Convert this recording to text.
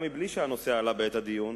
גם בלי שהנושא עלה בעת הדיון,